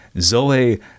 Zoe